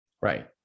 Right